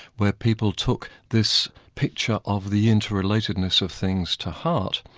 where people took this picture of the inter-relatedness of things to heart,